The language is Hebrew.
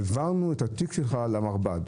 העברנו את התיק שלך למרב"ד.